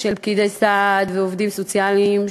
של פקידי סעד ועובדים סוציאליים,